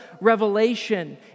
revelation